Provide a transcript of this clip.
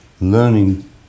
learning